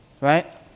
right